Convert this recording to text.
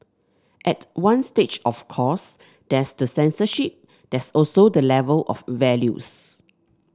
at one stage of course there's the censorship there's also the level of values